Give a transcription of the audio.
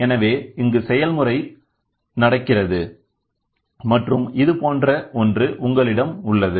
எனவே இங்கு செயல்முறை நடக்கிறது மற்றும் இது போன்ற ஒன்று உங்களிடம் உள்ளது